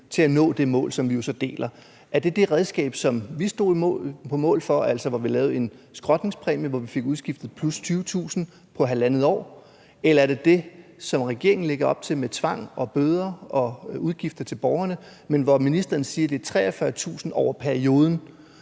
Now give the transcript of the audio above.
til at nå det mål, som vi jo deler? Er det det redskab, som vi stod på mål for, altså hvor vi lavede en skrotningspræmie, hvor vi fik udskiftet plus 20.000 brændeovne på halvandet år? Eller er det det, som regeringen lægger op til, med tvang og bøder og udgifter til borgerne, men hvor ministeren siger, at det er 43.000 over perioden?